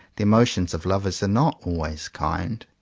the emotions of lovers are not always kind.